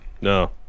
No